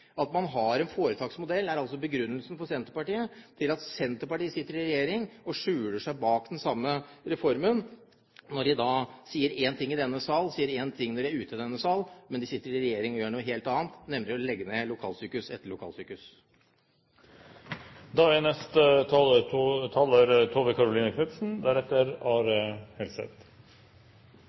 At man har en foretaksmodell, er altså begrunnelsen til Senterpartiet for at Senterpartiet sitter i regjering og skjuler seg bak den samme reformen. De sier én ting i denne sal og noe annet utenfor denne sal, men de sitter i regjering og gjør noe helt annet, nemlig legger ned lokalsykehus etter